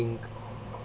our drink